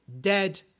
dead